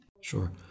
Sure